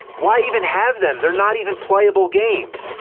why even have them? they're not even playable games!